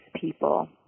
people